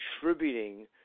contributing